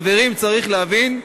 חברים, צריך להבין: